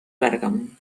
bèrgam